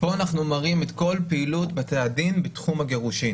מראים את כל פעילות בתי הדין בתחום הגירושין